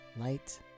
Light